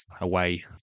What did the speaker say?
away